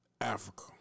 Africa